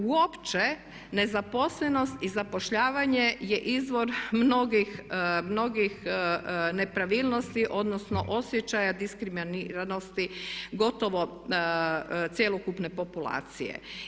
Uopće nezaposlenost i zapošljavanje je izvor mnogih nepravilnosti, odnosno osjećaja diskriminiranosti gotovo cjelokupne populacije.